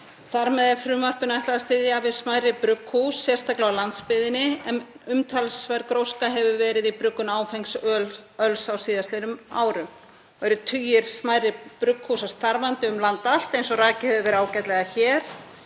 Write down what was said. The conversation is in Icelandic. Þar með er frumvarpinu ætlað að styðja við smærri brugghús, sérstaklega á landsbyggðinni, en umtalsverð gróska hefur verið í bruggun áfengs öls á síðastliðnum árum og eru tugir smærri brugghúsa starfandi um land allt, eins og rakið hefur verið ágætlega hér.